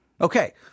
Okay